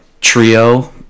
trio